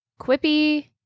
quippy